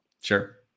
Sure